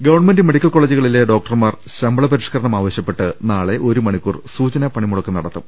government medical കോളേജുകളിലെ ഡോക്ടർമാർ ശമ്പള പരിഷ്കരണം ആവശ്യപ്പെട്ട് നാളെ ഒരുമണിക്കൂർ സൂചനാ പണിമുടക്ക് നടത്തും